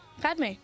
Padme